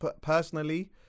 personally